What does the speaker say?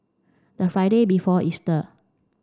the Friday before Easter